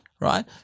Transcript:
right